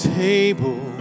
table